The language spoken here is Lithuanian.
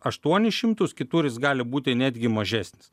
aštuonis šimtus kitur jis gali būti netgi mažesnis